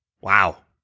Wow